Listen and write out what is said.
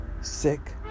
sick